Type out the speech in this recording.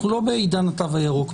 אנחנו לא בעידן התו הירוק.